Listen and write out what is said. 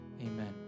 amen